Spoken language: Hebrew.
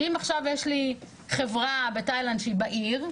שאם עכשיו יש לי חברה בתאילנד שהיא בעיר,